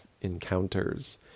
encounters